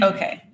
Okay